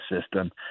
system